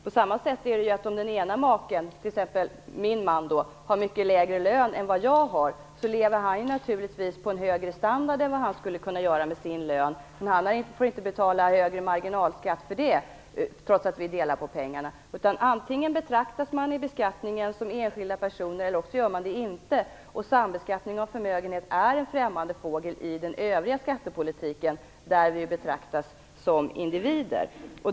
På samma sätt är det om t.ex. min man har mycket lägre lön än jag. Han lever då naturligtvis på en mycket högre standard än han skulle göra med sin egen lön. Han får inte betala högre marginalskatt för det, trots att vi delar på pengarna. Antingen betraktas man som enskilda personer i beskattningen eller också gör man det inte. Sambeskattning av förmögenhet är en främmande fågel i skattepolitiken. I den övriga skattepolitiken betraktas vi som individer.